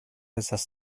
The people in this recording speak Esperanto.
estas